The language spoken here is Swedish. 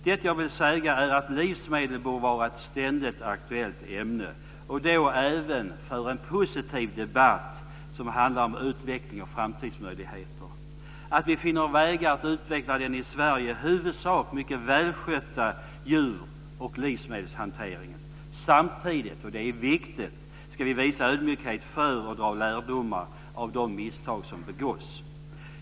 Det jag vill säga är att livsmedel borde vara ett ständigt aktuellt ämne, och då även för en positiv debatt som handlar om utveckling och framtidsmöjligheter, att vi finner vägar att utveckla den i Sverige i huvudsak mycket välskötta djur och livsmedelshanteringen. Samtidigt - och det är viktigt - ska vi visa ödmjukhet inför och dra lärdomar av de misstag som begåtts.